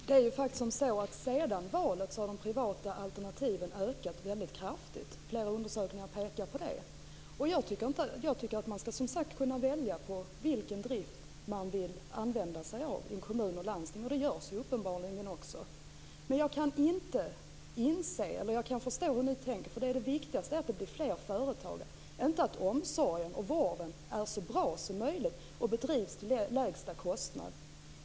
Herr talman! Sedan förra valet har de privata alternativen faktiskt ökat väldigt kraftigt. Flera undersökningar pekar på detta faktum. Jag tycker, som sagt, att man skall kunna välja driftform i kommuner och landsting; uppenbarligen gör man också det. Jag kan förstå hur ni tänker. Viktigast är att det blir fler företag, inte att omsorgen och vården är så bra som möjligt och drivs till lägsta kostnad.